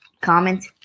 comment